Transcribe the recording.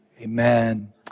Amen